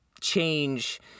change